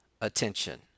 attention